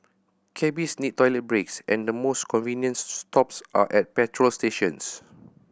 cabbies need toilet breaks and the most convenience stops are at petrol stations